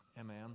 Amen